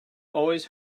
always